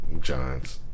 Giants